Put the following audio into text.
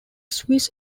swiss